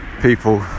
people